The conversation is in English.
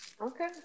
Okay